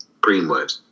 Greenwood